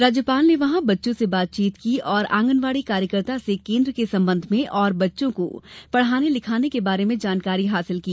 राज्यपाल ने वहाँ बच्चों से बातचीत की और आँगनबाड़ी कार्यकर्ता से केन्द्र के संबंध में और बच्चों को पढ़ाने सिखाने के बारे में जानकारी प्राप्त की